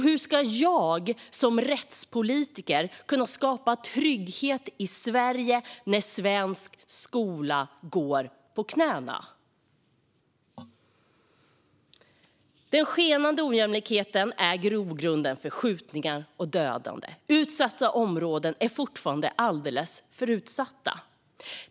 Hur ska jag som rättspolitiker kunna skapa trygghet i Sverige när svensk skola går på knäna? Den skenande ojämlikheten är grogrunden för skjutningar och dödande. Utsatta områden är fortfarande alldeles för utsatta.